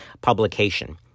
publication